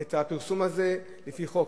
את הפרסום הזה לפי חוק.